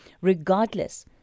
regardless